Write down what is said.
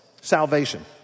Salvation